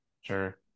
Sure